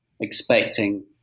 expecting